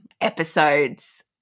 episodes